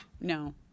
No